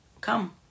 come